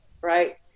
right